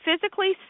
physically